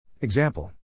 Example